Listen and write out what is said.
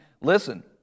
Listen